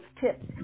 tips